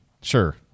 sure